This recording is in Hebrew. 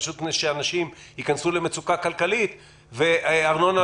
פשוט מפני שאנשים ייכנסו למצוקה כלכלית ותשלום